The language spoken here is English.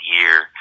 year